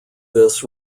this